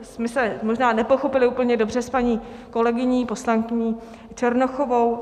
My jsme se možná nepochopily úplně dobře s paní kolegyní poslankyní Černochovou.